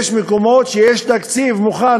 יש מקומות שיש תקציב מוכן,